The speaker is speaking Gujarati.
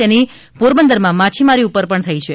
તેની પોરબંદરમાં માછીમારી ઉપર થઇ છે